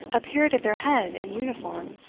appeared at their head in uniform.